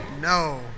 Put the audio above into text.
No